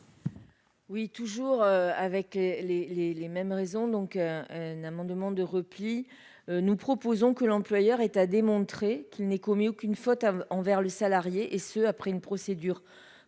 Oui, toujours avec les, les, les mêmes raisons, donc un amendement de repli, nous proposons que l'employeur est à démontrer qu'il n'ait commis aucune faute à envers le salarié et ce après une procédure